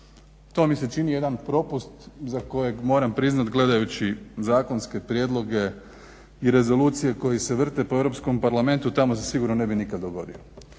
To mi se čini jedan propust za kojeg moram priznat gledajući zakonske prijedloge i rezolucije koje se vrte po Europskom parlamentu tamo se sigurno ne bi dogodio.